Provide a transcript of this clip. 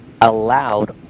allowed